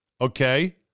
okay